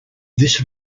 this